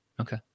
okay